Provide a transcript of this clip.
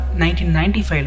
1995